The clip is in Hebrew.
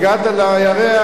דווקא יש אזבסט.